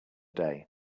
day